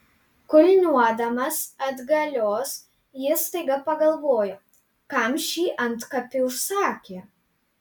kulniuodamas atgalios jis staiga pagalvojo kam šį antkapį užsakė